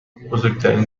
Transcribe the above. بزرگترین